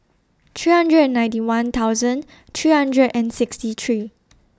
two hundred and ninety one thousand two hundred and sixty three